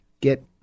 get